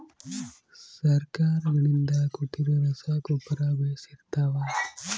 ಸರ್ಕಾರಗಳಿಂದ ಕೊಟ್ಟಿರೊ ರಸಗೊಬ್ಬರ ಬೇಷ್ ಇರುತ್ತವಾ?